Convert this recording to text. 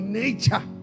nature